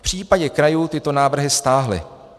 V případě krajů tyto návrhy stáhly.